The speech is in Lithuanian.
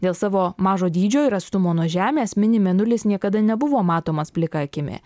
dėl savo mažo dydžio ir atstumo nuo žemės mini mėnulis niekada nebuvo matomas plika akimi